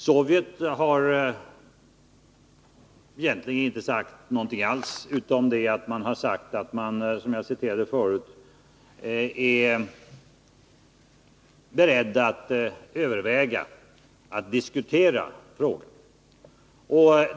Sovjet har egentligen inte sagt någonting alls, utom att man — vilket jag citerade tidigare — är beredd att överväga att diskutera frågan.